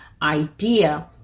idea